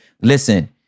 listen